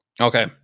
Okay